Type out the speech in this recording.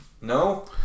No